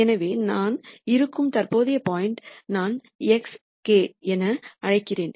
எனவே நான் இருக்கும் தற்போதைய பாயிண்ட் நான் xk என அழைக்கிறேன்